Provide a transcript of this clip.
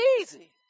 easy